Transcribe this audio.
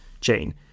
chain